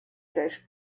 też